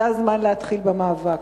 זה הזמן להתחיל במאבק.